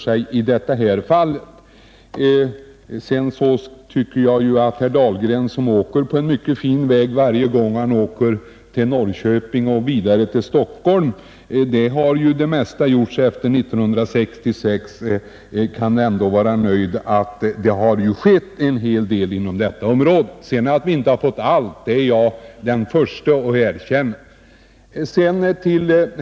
Jag tycker att herr Dahlgren, som ju åker på en mycket fin väg varje gång han far till Norrköping och vidare till Stockholm — där har ju det mesta gjorts efter 1966 — borde kunna vara nöjd; det har ju skett en hel del på detta område. Att vi sedan inte fått allt är jag den förste att erkänna.